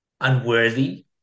unworthy